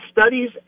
studies